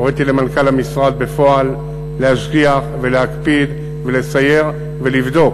הוריתי למנכ"ל המשרד בפועל להשגיח ולהקפיד ולסייר ולבדוק.